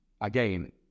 again